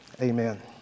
Amen